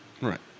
Right